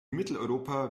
mitteleuropa